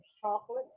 Chocolate